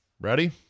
Ready